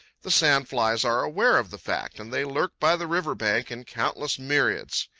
the sand-flies are aware of the fact, and they lurk by the river bank in countless myriads.